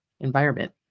environment